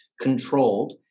controlled